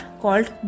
called